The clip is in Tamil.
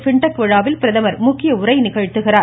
பின்டெக் விழாவில் பிரதமர் முக்கிய உரை நிகழ்த்துகிறார்